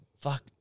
fuck